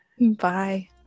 Bye